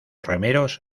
remeros